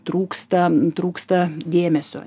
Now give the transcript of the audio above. trūksta trūksta dėmesio